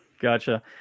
Gotcha